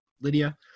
Lydia